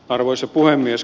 arvoisa puhemies